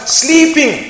sleeping